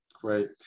great